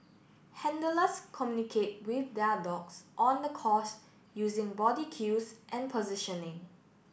handlers communicate with their dogs on the course using body cues and positioning